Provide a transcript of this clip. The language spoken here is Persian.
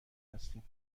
هستیم